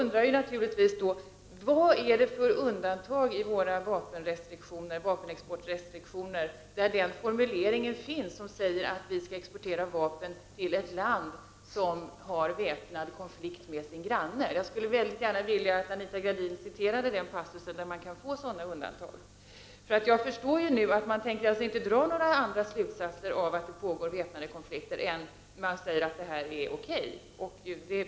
Vad finns det för formulering om undantag i våra vapenexportrestriktioner som säger att vi skall kunna exportera vapen till ett land som har väpnad konflikt med sin granne? Jag skulle väldigt gärna vilja att Anita Gradin citerade den passus som medger sadana undantag. Jag förstår att man inte tänker dra några andra slutsatser av att det pågår väpnade konflikter än att man säger att det är okej.